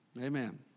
Amen